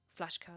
flashcards